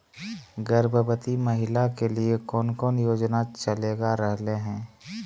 गर्भवती महिला के लिए कौन कौन योजना चलेगा रहले है?